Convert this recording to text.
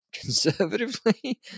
conservatively